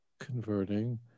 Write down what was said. converting